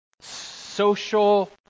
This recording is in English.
social